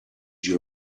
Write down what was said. your